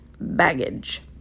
baggage